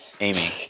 Amy